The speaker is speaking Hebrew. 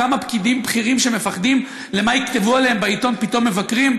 כמה פקידים בכירים שמפחדים מה יכתבו עליהם בעיתון פתאום מבקרים?